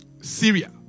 Syria